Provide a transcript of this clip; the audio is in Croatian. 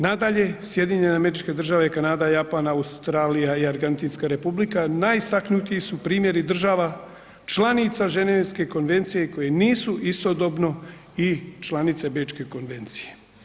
Nadalje SAD, Kanada, Japan, Australija i Argentinska Republika najistaknutiji su primjeri država članica Ženevske konvencije koje nisu istodobno i članice Bečke konvencije.